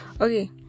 okay